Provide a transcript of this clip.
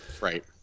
right